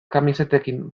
kamisetekin